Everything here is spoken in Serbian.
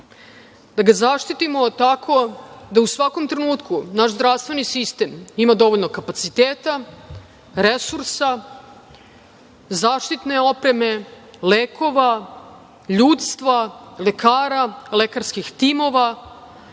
da ga zaštitimo tako da u svakom trenutku naš zdravstveni sistem ima dovoljno kapaciteta, resursa, zaštitne opreme, lekova, ljudstva, lekara, lekarskih timova,